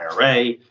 IRA